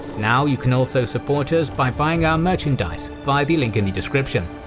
now, you can also support us by buying our merchandise via the link in the description.